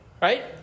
right